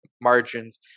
margins